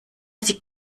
sie